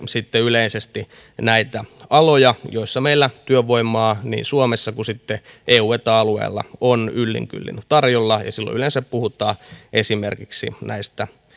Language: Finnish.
sitten yleisesti juuri näitä aloja joissa meillä työvoimaa niin suomessa kuin sitten eu ja eta alueilla on yllin kyllin tarjolla ja silloin yleensä puhutaan esimerkiksi näistä